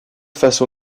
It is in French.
façon